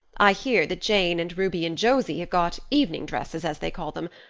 i hear that jane and ruby and josie have got evening dresses as they call them,